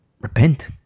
repent